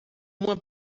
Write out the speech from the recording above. uma